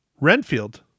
Renfield